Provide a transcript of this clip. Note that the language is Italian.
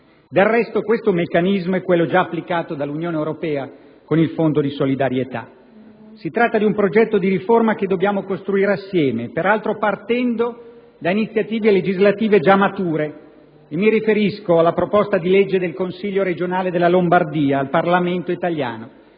Del resto questo meccanismo è quello già applicato dall'Unione Europea con il fondo di solidarietà. Si tratta di un progetto di riforma che dobbiamo costruire assieme, peraltro partendo da iniziative legislative già mature e mi riferisco alla proposta di legge del consiglio regionale della Lombardia al Parlamento italiano